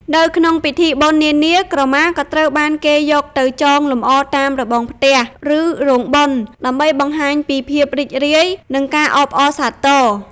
នៅក្នុងពិធីបុណ្យនានា ក្រមាក៏ត្រូវបានគេយកទៅ ចងលម្អតាមរបងផ្ទះ ឬរោងបុណ្យ ដើម្បីបង្ហាញពីភាពរីករាយ និងការអបអរសាទរ។